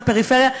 בפריפריה,